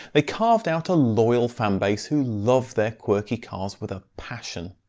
they carved out a loyal fanbase who loved their quirky cars with a passion.